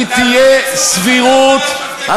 סבירות,